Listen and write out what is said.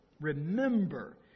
Remember